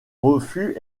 refus